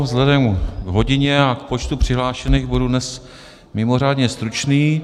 Vzhledem k hodině a k počtu přihlášených budu dnes mimořádně stručný.